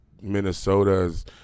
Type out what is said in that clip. Minnesota's